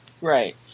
Right